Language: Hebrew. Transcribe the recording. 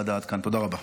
עד כאן, תודה רבה.